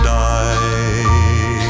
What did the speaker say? die